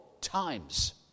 times